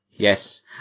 Yes